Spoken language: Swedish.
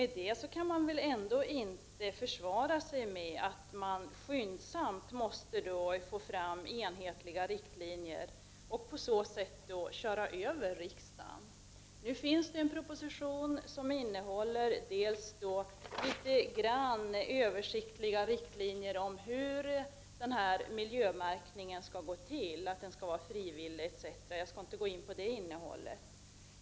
Därmed kan man väl ändå inte försvara att man skyndsamt försöker få fram enhetliga riktlinjer och på så sätt köra över riksdagen. Nu finns det en proposition som innehåller litet grand om översiktliga riktlinjer om hur miljömärkningen skall gå till. Den skall vara frivillig, osv. Jag skall inte gå in på innehållet.